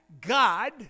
God